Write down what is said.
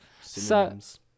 Synonyms